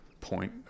point